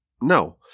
No